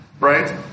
right